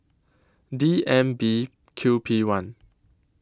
D M B Q P one